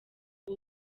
ubu